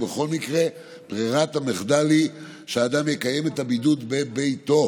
ובכל מקרה ברירת המחדל היא שאדם יקיים את הבידוד בביתו,